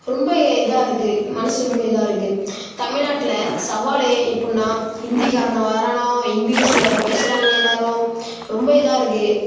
ரொம்ப இதாருக்கு மனசு ரொம்ப இதாருக்கு தமிழ்நாட்டில் சவாலே எப்படின்னா ஹிந்தி கரனோ வரானோ இங்கிலீஷில் பேசுகிறாய்ங்க எல்லாரும் ரொம்ப இதாருக்கு